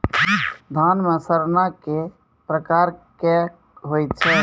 धान म सड़ना कै प्रकार के होय छै?